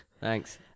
Thanks